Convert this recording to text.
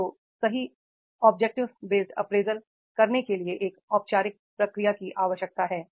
तो सही objective based appraisal करने के लिए एक औपचारिक प्रक्रिया की आवश्यकता है